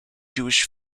jewish